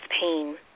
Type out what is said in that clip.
pain